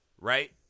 Right